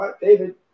David